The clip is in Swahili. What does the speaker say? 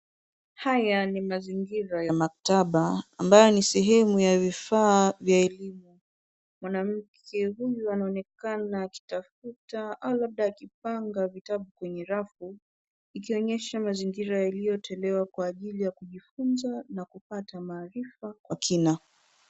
Haya ni mazingira ya maktaba ambayo ni sehemu ya vifaa vya elimu. Mwanamke huyu anaonekana akitafuta au labda akipanga vitabu kwenye rafu, ikionyesha mazingira yaliyotolewa kwa ajili ya kujifunza na kupata maarifa kwa kina.